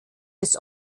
des